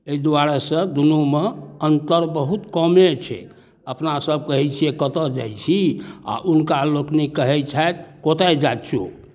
एहि दुआरे से दुनूमे अन्तर बहुत कमे छै अपनासभ कहै छियै कतय जाइ छी आ हुनका लोकनिक कहै छथि कोथाइ जाछियो